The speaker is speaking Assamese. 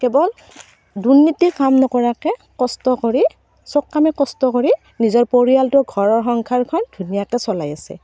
কেৱল দুৰ্নীতি কাম নকৰাকৈ কষ্ট কৰি চব কামে কষ্ট কৰি নিজৰ পৰিয়ালটো ঘৰৰ সংসাৰখন ধুনীয়াকৈ চলাই আছে